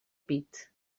pit